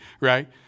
right